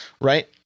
right